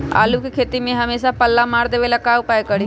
आलू के खेती में हमेसा पल्ला मार देवे ला का उपाय करी?